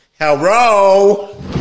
Hello